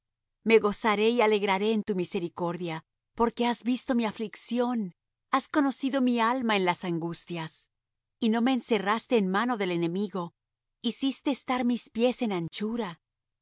me gozaré y alegraré en tu misericordia porque has visto mi aflicción has conocido mi alma en las angustias y no me encerraste en mano del enemigo hiciste estar mis pies en anchura